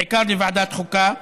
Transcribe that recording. בעיקר לוועדת חוקה,